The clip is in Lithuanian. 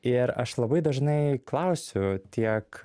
ir aš labai dažnai klausiu tiek